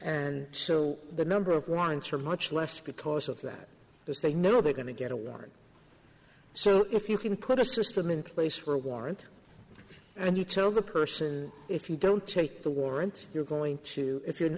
and so the number of warrants are much less because of that because they know they're going to get a warrant so if you can put a system in place for a warrant and you tell the person if you don't take the warrant you're going to if you